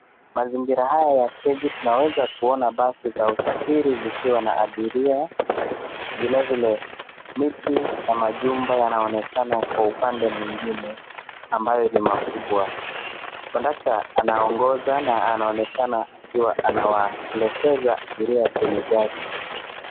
Mazingira haya ya steji tunaweza kuona basi za usafiri zikiwa na abiria, vile vile miti na majumba yanaonekana kwa upande mwingine, ambayo ni makubwa. Kondakta anaongoza na anaonekana akiwa anawaelekeza abiria kwenye gari.